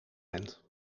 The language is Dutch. bent